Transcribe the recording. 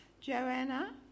Joanna